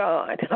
God